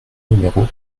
numéro